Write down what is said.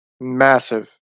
massive